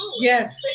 yes